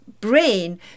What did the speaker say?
brain